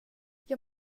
jag